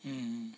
mm